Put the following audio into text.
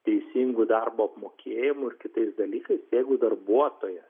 teisingu darbo apmokėjimu ir kitais dalykais jeigu darbuotojas